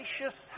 gracious